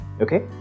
okay